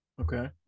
Okay